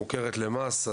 שמוכרת למס.